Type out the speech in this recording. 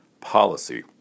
policy